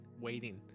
waiting